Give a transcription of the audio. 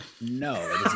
No